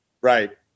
right